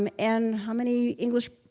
um and how many english